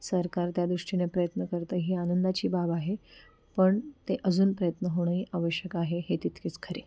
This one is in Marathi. सरकार त्यादृष्टीने प्रयत्न करतं ही आनंदाची बाब आहे पण ते अजून प्रयत्न होणंही आवश्यक आहे हे तितकेच खरे